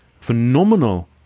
phenomenal